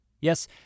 Yes